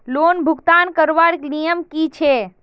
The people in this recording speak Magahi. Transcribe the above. लोन भुगतान करवार नियम की छे?